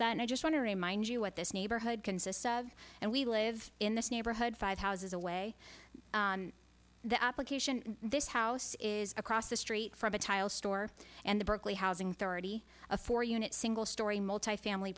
that i just want to remind you what this neighborhood consists of and we live in this neighborhood five houses away the application this house is across the street from a tile store and the berkeley housing authority a four unit single storey multifamily